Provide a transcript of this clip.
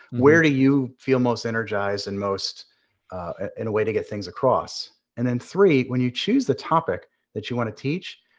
where do you feel most energized and most in a way to get things across? and then three, when you choose the topic that you want to teach,